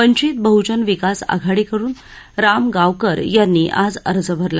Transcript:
वंचित बह्जन विकास आघाडीकडून राम गावकर यांनी आज अर्ज भरला